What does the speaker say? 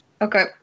Okay